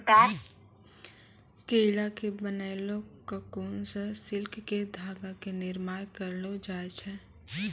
कीड़ा के बनैलो ककून सॅ सिल्क के धागा के निर्माण करलो जाय छै